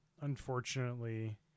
unfortunately